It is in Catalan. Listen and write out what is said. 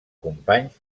companys